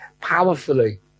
powerfully